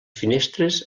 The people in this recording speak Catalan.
finestres